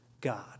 God